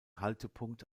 haltepunkt